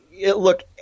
Look